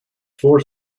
four